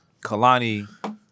Kalani